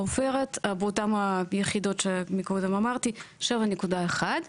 העופרת באותם היחידות שמקודם אמרתי 7.1,